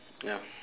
ya